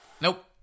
Nope